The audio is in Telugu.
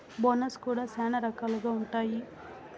బోనస్ కూడా శ్యానా రకాలుగా ఉంటాయి